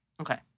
Okay